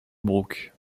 brook